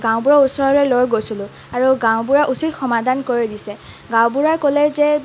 গাওঁবুঢ়াৰ ওচৰলৈ লৈ গৈছিলোঁ আৰু গাওঁবুঢ়াই উচিত সমাধান কৰি দিছে গাওঁ বুঢ়াই ক'লে যে